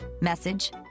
message